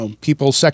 People